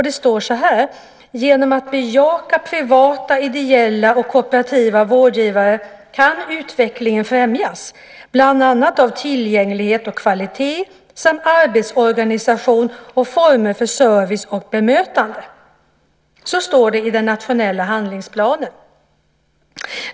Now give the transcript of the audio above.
Det står så här: Genom att bejaka privata, ideella och kooperativa vårdgivare kan utvecklingen främjas, bland annat av tillgänglighet och kvalitet samt arbetsorganisation och former för service och bemötande. Så står det i den nationella handlingsplanen.